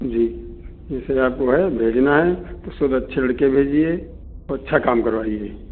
जी जिसे आप को है भेजना है तो सब अच्छे लड़के भेजिए और अच्छा काम करवाइए